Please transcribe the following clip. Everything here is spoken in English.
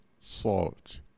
salt